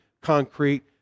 concrete